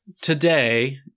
today